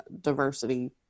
diversity